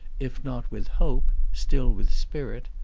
if not with hope, still with spirit,